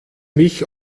mich